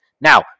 Now